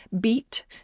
beat